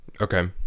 Okay